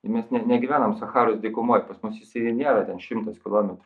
mes ne negyvenam sacharos dykumoj pas mus jisai nėra ten šimtas kilometrų